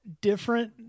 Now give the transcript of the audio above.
different